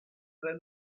tre